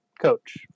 coach